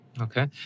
Okay